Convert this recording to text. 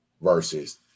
Versus